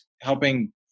helping